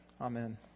Amen